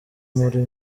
muri